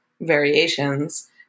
variations